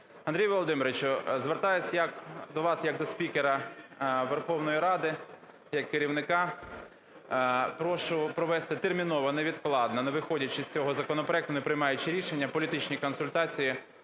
Андрію Володимировичу, звертаюсь до вас як до спікера Верховної Ради, як керівника. Прошу провести терміново, невідкладно, не виходячи з цього законопроекту, не приймаючи рішення, політичні консультації